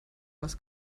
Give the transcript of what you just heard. was